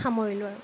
সামৰিলোঁ আৰু